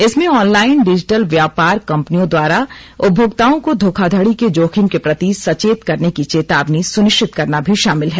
इसमें online digital व्यापार कंपनियों द्वारा उपभोक्ताओं को धोखाधड़ी के जोखिम के प्रति सचेत करने की चेतावनी सुनिश्चित करना भी शामिल है